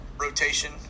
rotation